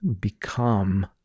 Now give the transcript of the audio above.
become